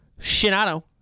Shinato